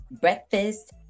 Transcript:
Breakfast